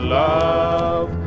love